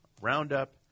roundup